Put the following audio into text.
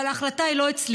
אבל ההחלטה היא לא אצלי,